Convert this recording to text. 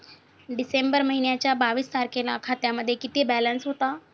डिसेंबर महिन्याच्या बावीस तारखेला खात्यामध्ये किती बॅलन्स होता?